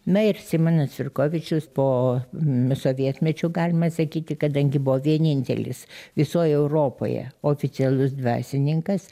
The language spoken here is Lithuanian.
na ir simonas firkovičius po mes sovietmečio galima sakyti kadangi buvo vienintelis visoj europoje oficialus dvasininkas